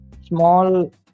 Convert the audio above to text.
small